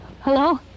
Hello